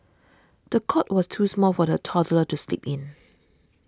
the cot was too small for the toddler to sleep in